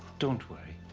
don't worry.